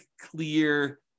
clear